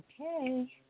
Okay